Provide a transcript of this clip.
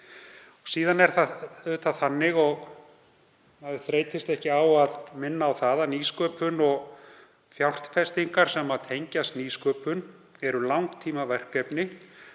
Síðan er það auðvitað þannig, og maður þreytist ekki á að minna á það, að nýsköpun og fjárfestingar sem tengjast nýsköpun eru langtímaverkefni